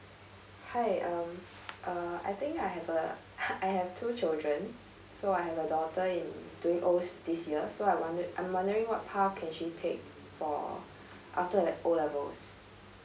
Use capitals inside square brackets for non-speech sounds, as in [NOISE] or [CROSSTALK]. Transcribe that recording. hi um uh I think I have a [LAUGHS] I have two children so I have a daughter in doing os this year so I wondering I'm wondering what path can she take for after O levels